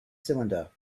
cylinder